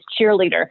cheerleader